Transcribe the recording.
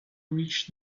reached